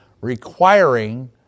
requiring